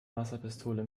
wasserpistole